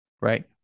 right